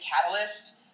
Catalyst